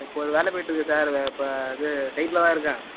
இப்போ ஒரு வேலை போய்கிட்டுருக்கு சார் இப்போ அது சைட்டில்தான் இருக்கேன்